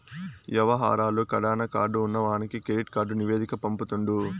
యవహారాలు కడాన కార్డు ఉన్నవానికి కెడిట్ కార్డు నివేదిక పంపుతుండు